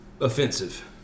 offensive